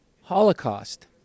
Holocaust